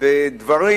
בדברים